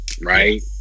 right